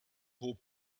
hob